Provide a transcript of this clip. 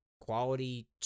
quality